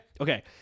Okay